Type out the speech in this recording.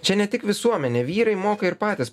čia ne tik visuomenė vyrai moka ir patys